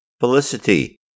felicity